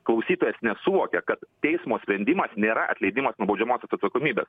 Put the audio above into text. klausytojas nesuvokia kad teismo sprendimas nėra atleidimas nuo baudžiamosios atsakomybės